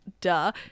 duh